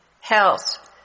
health